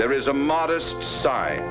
there is a modest side